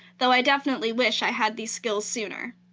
though i definitely wish i had these skills sooner.